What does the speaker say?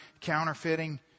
counterfeiting